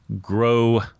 grow